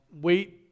wait